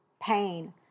pain